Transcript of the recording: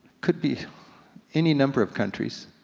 could be any number of countries,